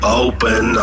open